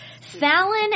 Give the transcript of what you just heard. Fallon